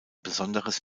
besonderes